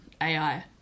AI